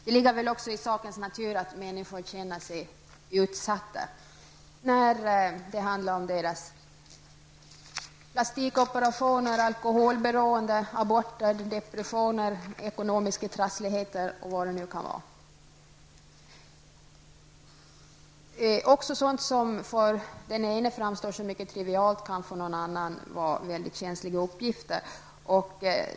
Det ligger väl också i sakens natur att människor känner sig utsatta när det handlar om deras plastikoperationer, alkoholberoende, aborter, depressioner, ekonomiska trassligheter eller vad det vara må. Även sådant som för den ene framstår som något mycket trivialt kan för den andre utgöra mycket känsliga uppgifter.